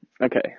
Okay